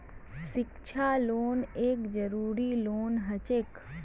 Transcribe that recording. शिक्षा लोन एक जरूरी लोन हछेक